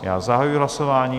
Já zahajuji hlasování.